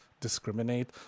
discriminate